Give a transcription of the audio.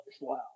Wow